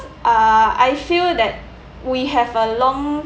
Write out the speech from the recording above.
uh I feel that we have a long